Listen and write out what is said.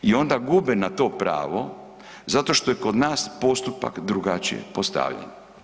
I onda gube na to pravo zato što je kod nas postupak drugačije postavljen.